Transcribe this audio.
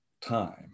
time